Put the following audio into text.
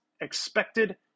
expected